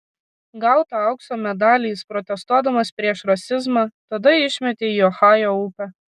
gautą aukso medalį jis protestuodamas prieš rasizmą tada išmetė į ohajo upę